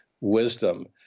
wisdom